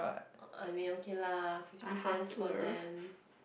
I mean okay lah fifty cents for them